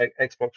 Xbox